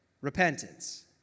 repentance